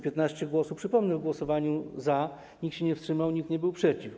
15 głosów, przypomnę, w głosowaniu za, nikt się nie wstrzymał, nikt nie był przeciw.